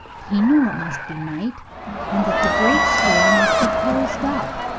he knew it must be night and that the great store must be closed up.